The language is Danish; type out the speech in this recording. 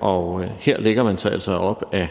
og her lægger man sig altså op ad